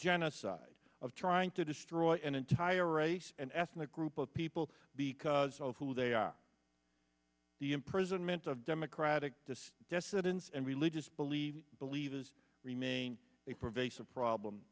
genocide of trying to destroy an entire race and ethnic group of people because of who they are the imprisonment of democratic just dissidents and religious believes believers remain a pervasive problem